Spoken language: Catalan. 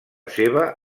seva